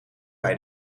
bij